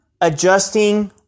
adjusting